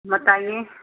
बताइए